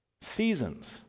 seasons